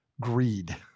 greed